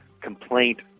complaint